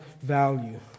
value